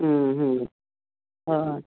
हो हो